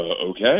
okay